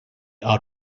are